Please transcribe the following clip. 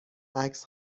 عکس